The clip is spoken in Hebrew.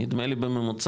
נדמה לי בממוצע,